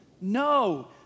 No